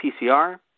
PCR